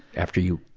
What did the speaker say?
after you,